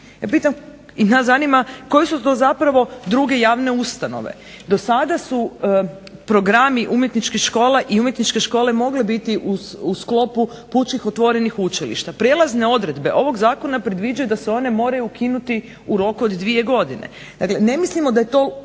i nas zanima koje su to zapravo druge javne ustanove. Do sada su programi umjetničkih škola i umjetničke škole mogle biti u sklopu pučkih otvorenih učilišta. Prijelazne odredbe ovog zakona predviđaju da se one moraju ukinuti u roku od dvije godine.